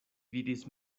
vidis